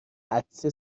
عطسه